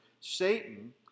Satan